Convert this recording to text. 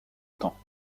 temps